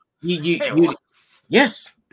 Yes